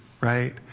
right